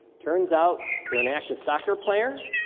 turns out they're an active soccer player,